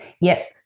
Yes